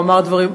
הוא אמר דברים,